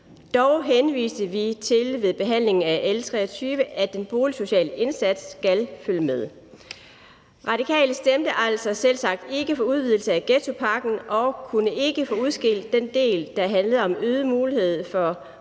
Dog henviste vi til ved behandlingen af L 23, at den boligsociale indsats skal følge med. Radikale stemte altså selvsagt ikke for udvidelse af ghettopakken og kunne ikke få udskilt den del, der handlede om øget mulighed for